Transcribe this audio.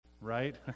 Right